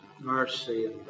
mercy